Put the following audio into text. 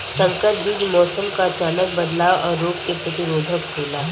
संकर बीज मौसम क अचानक बदलाव और रोग के प्रतिरोधक होला